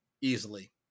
easily